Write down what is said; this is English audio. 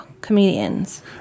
comedians